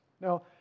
Now